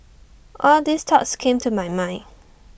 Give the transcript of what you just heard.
all these thoughts came to my mind